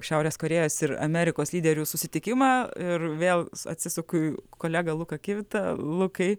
šiaurės korėjos ir amerikos lyderių susitikimą ir vėl atsisuku į kolegą luką kivitą lukai